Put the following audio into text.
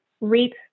REAP